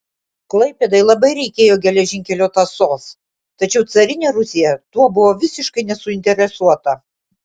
klaipėdai labai reikėjo geležinkelio tąsos tačiau carinė rusija tuo buvo visiškai nesuinteresuota